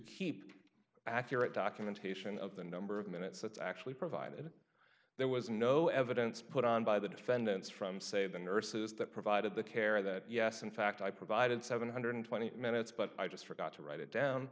keep accurate documentation of the number of minutes that's actually provided there was no evidence put on by the defendants from say the nurses that provided the care that yes in fact i provided seven hundred and twenty minutes but i just forgot to write it down